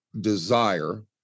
desire